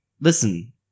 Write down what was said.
Listen